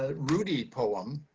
ah rudy poem,